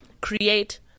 create